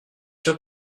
sûr